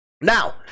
Now